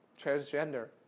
transgender